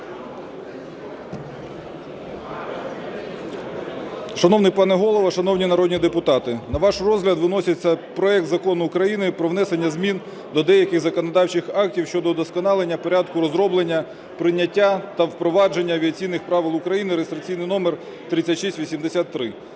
Шановний пане Голово, шановні народні депутати! На ваш розгляд виноситься проект Закону України про внесення змін до деяких законодавчих актів щодо удосконалення порядку розроблення, прийняття та впровадження авіаційних правил України (реєстраційний номер 3683).